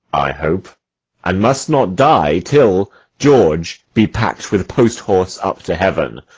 i hope and must not die till george be pack'd with posthorse up to heaven.